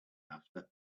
after